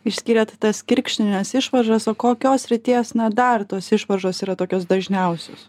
išskyrėt tas kirkšnines išvaržas o kokios srities na dar tos išvaržos yra tokios dažniausios